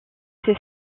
ces